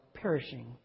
Perishing